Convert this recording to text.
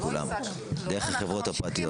דרך החברות הפרטיות.